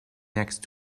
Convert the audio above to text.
next